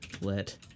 Let